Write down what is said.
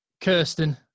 Kirsten